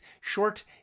short